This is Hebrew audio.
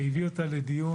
והביא אותה לדיון.